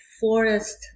forest